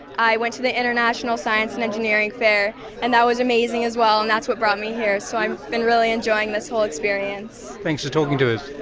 i went to the international science and engineering fair and that was amazing as well and that's what brought me here, so i've been really enjoying this whole experience. thanks for talking to us.